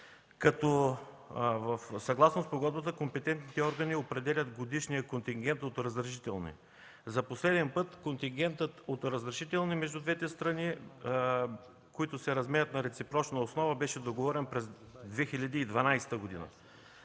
Съгласно спогодбата компетентните органи определят годишния контингент от разрешителни. За последен път контингентът от разрешителни между двете страни, които се разменят на реципрочна основа, беше договорен през 2012 г.